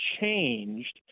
changed